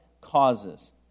causes